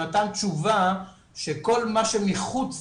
שנתן תשובה שכל מה שמחוץ